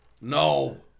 No